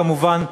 כמובן,